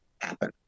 happen